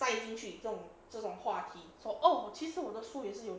带进去这种这种话题 oh 其实我的书也是有